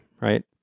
right